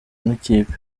nk’ikipe